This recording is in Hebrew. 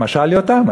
משל יותם.